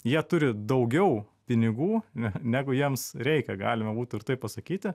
jie turi daugiau pinigų negu jiems reikia galima būtų ir taip pasakyti